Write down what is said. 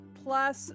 plus